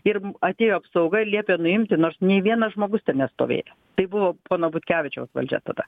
ir atėjo apsauga ir liepė nuimti nors nei vienas žmogus ten nestovėjo tai buvo pono butkevičiaus valdžia tada